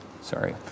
Sorry